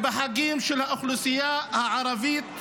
בחגים של האוכלוסייה הערבית,